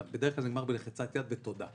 בדרך כלל, זה נגמר בלחיצת יד ותודה.